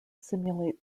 simulate